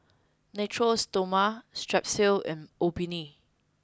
natura Stoma Strepsils and Obimin